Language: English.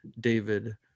David